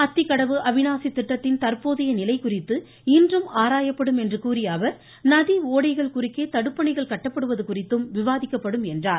அத்திக்கடவு அவினாசி திட்டத்தின் தந்போதைய நிலை குறித்து இன்றும் ஆராயப்படும் என்று கூறிய அவர் நதி ஓடைகள் குறுக்கே தடுப்பணைகள் கட்டப்படுவது குறித்தும் இன்று விவாதிக்கப்படும் என்றார்